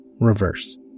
Reverse